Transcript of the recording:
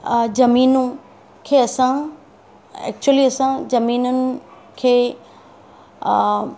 ज़मीनूं खे असां एक्चुली असां ज़मीनुनि खे